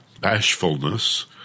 bashfulness